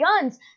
guns